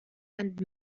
and